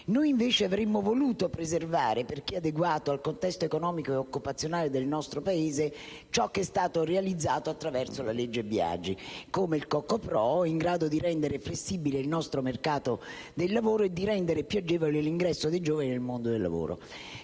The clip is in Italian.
Noi invece avremmo voluto preservare, perché adeguato al contesto economico ed occupazionale del nostro Paese, ciò che è stato realizzato attraverso la legge Biagi, come il co.co.pro., in grado di rendere flessibile il nostro mercato del lavoro e più agevole l'ingresso dei giovani nel mondo del lavoro.